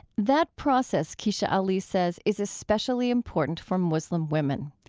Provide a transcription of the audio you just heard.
that process, kecia ali says, is especially important for muslim women.